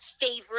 favorite